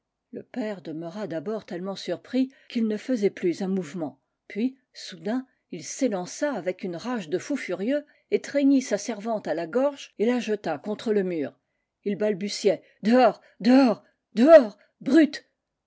le père demeura d'abord tellement surpris qu'il ne faisait plus un mouvement puis soudain il s'élança avec une rage de fou furieux étreignit sa servante à la gorge et la jeta contre le mur ii balbutiait dehors dehors dehors brute